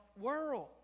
world